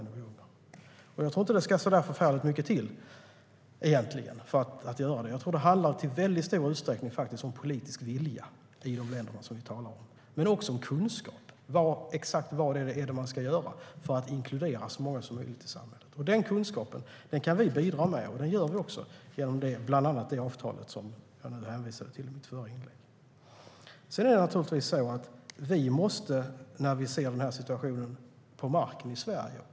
Jag tror egentligen inte att det ska till så förfärligt mycket för att göra detta, utan det handlar i stor utsträckning om politisk vilja i de länder vi talar om. Men det handlar också om kunskap och vad exakt man ska göra för att inkludera så många som möjligt i samhället. Den kunskapen kan vi bidra med, och det gör vi också genom bland annat det avtal som jag hänvisade till i mitt förra inlägg. Sedan måste vi vara beredda att agera när vi ser situationen på marken i Sverige.